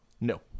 No